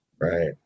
Right